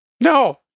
No